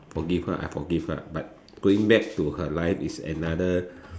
forgive her I forgive her but going back to her life is another